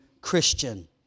Christian